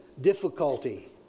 difficulty